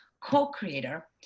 co-creator